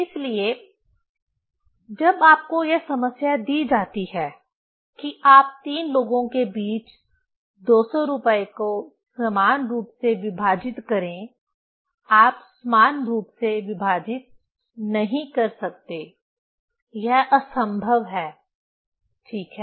इसलिए जब आपको यह समस्या दी जाती है कि आप तीन लोगों के बीच 200 रुपये को समान रूप से विभाजित करें आप समान रूप से विभाजित नहीं कर सकते यह असंभव है ठीक है